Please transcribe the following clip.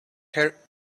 her